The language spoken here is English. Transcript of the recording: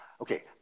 okay